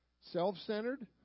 self-centered